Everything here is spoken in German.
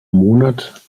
monat